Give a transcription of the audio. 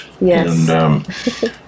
Yes